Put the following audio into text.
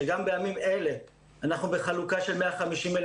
שגם בימים אלה אנחנו בחלוקה של 150,000